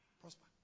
Prosper